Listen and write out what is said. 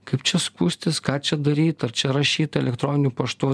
kaip čia skųstis ką čia daryt ar čia rašyt elektroniniu paštu